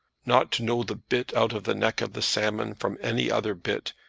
not to know the bit out of the neck of the salmon from any other bit,